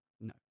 No